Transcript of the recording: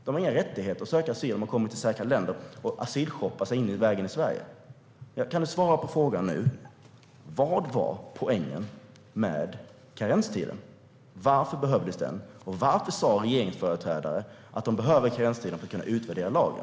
Man har ingen rättighet att söka asyl om man kommer från säkra länder och har asylshoppat sig på vägen till Sverige. Kan du svara på frågan nu? Vad var poängen med karenstiden? Varför behövdes den? Varför sa regeringsföreträdare att de behöver karenstiden för att kunna utvärdera lagen?